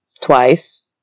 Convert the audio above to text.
twice